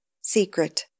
SECRET